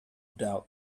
doubt